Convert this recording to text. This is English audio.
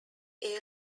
air